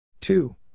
two